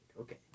okay